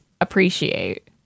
appreciate